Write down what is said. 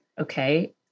Okay